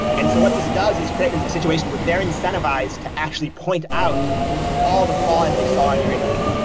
and so what this does is create a situation where they're incentivized to actually point out all the flaws they saw on your interview.